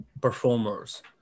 Performers